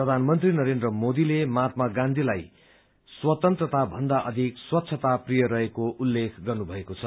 प्रधानमन्त्री नरेन्द्र मोदीले महात्मा गाँधीलाई स्वतन्त्रता भन्दा अधिक स्वच्छता प्रिय रहेको उल्लेख गर्नुभएको छ